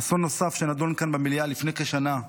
אסון נוסף שנדון כאן, במליאה, לפני כשנה,